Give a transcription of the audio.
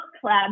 club